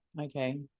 okay